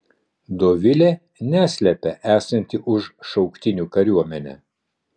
dovilė neslepia esanti už šauktinių kariuomenę